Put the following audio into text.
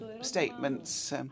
statements